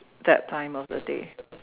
that time of the day